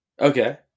Okay